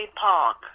Park